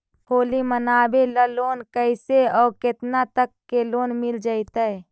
होली मनाबे ल लोन कैसे औ केतना तक के मिल जैतै?